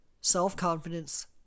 self-confidence